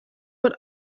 what